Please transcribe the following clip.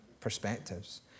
perspectives